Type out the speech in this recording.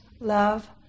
Love